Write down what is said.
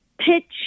pitch